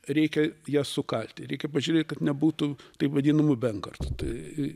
reikia ją sukalti reikia pažiūrėt kad nebūtų taip vadinamų benkartų tai